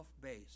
base